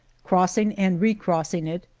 crossing and recrossing it,